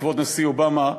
כבוד הנשיא אובמה,